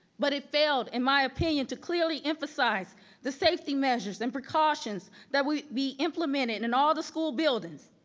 but it failed in my opinion, to clearly emphasize the safety measures and precautions that will be implemented in and all the school buildings.